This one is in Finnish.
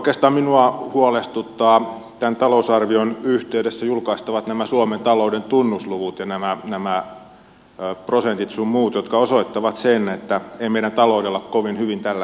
oikeastaan minua huolestuttavat tämän talousarvion yhteydessä julkaistavat suomen talouden tunnusluvut ja nämä prosentit sun muut jotka osoittavat sen että ei meidän taloudella kovin hyvin tällä hetkellä mene